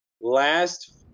Last